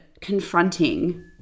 confronting